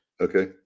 Okay